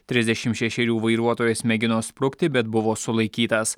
trisdešim šešerių vairuotojas mėgino sprukti bet buvo sulaikytas